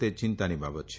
તે ચિંતાની બાબત છે